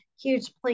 huge